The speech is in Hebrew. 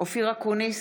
אופיר אקוניס,